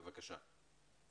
בבקשה.